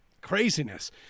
Craziness